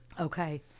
Okay